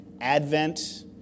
advent